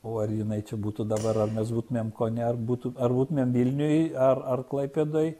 o ar jinai čia būtų dabar ar mes būtumėm kaune ar būtų ar būtumėm vilniuje ar ar klaipėdoj